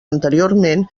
anteriorment